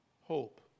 hope